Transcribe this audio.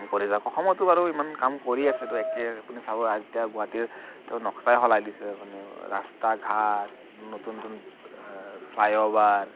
কাম কৰি যাওক অসমতো বাৰু ইমান কাম কৰি আছে বাৰু এতিয়া আপুনি চাব এতিয়া গুৱাহাটীৰ তেওঁ নক্সাই সলাই দিছে মানে ৰাস্তা ঘাট নতুন নতুন ফ্লাই অভাৰ